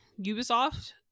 ubisoft